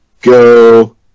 Go